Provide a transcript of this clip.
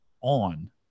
on